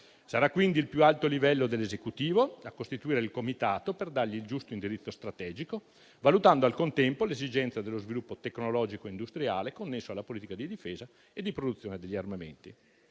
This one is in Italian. Sarà quindi il più alto livello dell'Esecutivo a costituire il Comitato, per dargli il giusto indirizzo strategico, valutando al contempo l'esigenza dello sviluppo tecnologico e industriale connesso alla politica di difesa e di produzione degli armamenti.